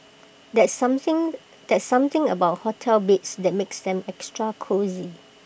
there's something there's something about hotel beds that makes them extra cosy